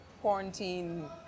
quarantine